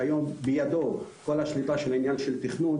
שהיום בידו כל השליטה של עניין התכנון,